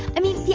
i mean, yeah